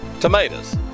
tomatoes